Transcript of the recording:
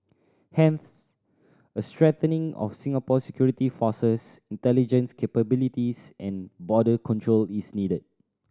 hence a strengthening of Singapore's security forces intelligence capabilities and border control is needed